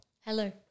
Hello